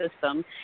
system